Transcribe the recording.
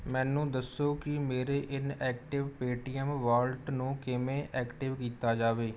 ਮੈਨੂੰ ਦੱਸੋ ਕਿ ਮੇਰੇ ਇਨਐਕਟਿਵ ਪੇਅਟੀਐੱਮ ਵਾਲਟ ਨੂੰ ਕਿਵੇਂ ਐਕਟਿਵ ਕੀਤਾ ਜਾਵੇ